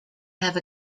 have